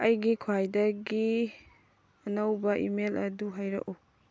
ꯑꯩꯒꯤ ꯈ꯭ꯋꯥꯏꯗꯒꯤ ꯑꯅꯧꯕ ꯏꯃꯦꯜ ꯑꯗꯨ ꯍꯥꯏꯔꯛꯎ